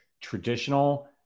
traditional